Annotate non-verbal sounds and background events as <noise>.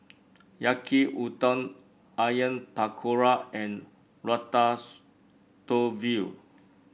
Yaki Udon Onion Pakora and <unintelligible>